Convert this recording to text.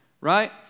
right